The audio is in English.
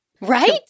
right